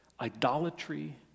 Idolatry